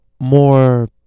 more